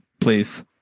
Please